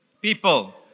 people